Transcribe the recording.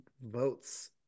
votes